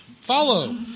Follow